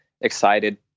excited